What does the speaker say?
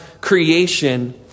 creation